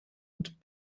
und